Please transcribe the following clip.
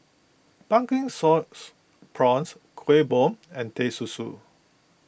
Pumpkin Sauce Prawns Kuih Bom and Teh Susu